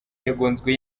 yagonzwe